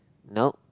nope